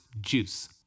Juice